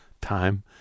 time